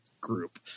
group